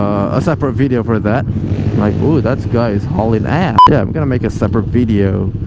a separate video for that like oh that guy is hauling ass! yeah i'm gonna make a separate video